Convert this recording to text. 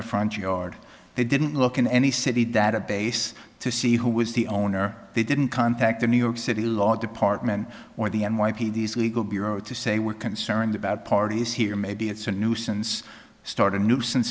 their front yard they didn't look in any city database to see who was the owner they didn't contact the new york city law department or the n y p d legal bureau to say we're concerned about parties here maybe it's a nuisance start a nuisance